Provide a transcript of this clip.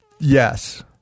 Yes